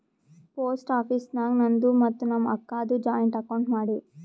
post office ನಾಗ್ ನಂದು ಮತ್ತ ನಮ್ ಅಕ್ಕಾದು ಜಾಯಿಂಟ್ ಅಕೌಂಟ್ ಮಾಡಿವ್